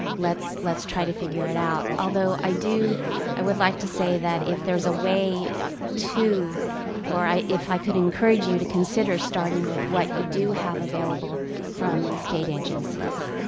let's let's try to figure it out. although i do i would like to say that if there's a way to or if i could encourage you to consider starting with what you do have available from the state agencies,